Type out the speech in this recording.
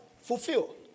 fulfill